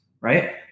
right